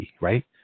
right